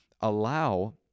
allow